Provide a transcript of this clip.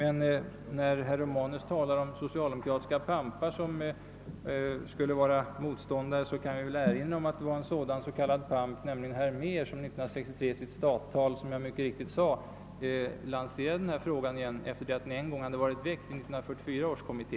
Men när herr Romanus talar om socialdemokratiska pampar som skulle vara motståndare till reformen vill jag erinra om att det var en sådan s.k. pamp, nämligen herr Mehr, som 1963 i sitt stattal inför stadsfullmäktige — som jag tidigare framhöll — åter lanserade frågan efter det att den en gång hade väckts i 1944 års kommitté.